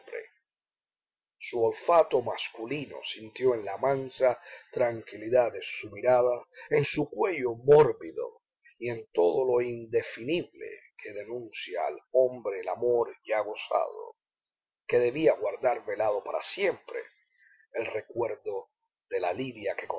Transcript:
olfato masculino sintió en la mansa tranquilidad de su mirada en su cuello mórbido y en todo lo indefinible que denuncia al hombre el amor ya gozado que debía guardar velado para siempre el recuerdo de la lidia que